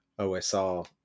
OSR